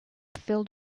filled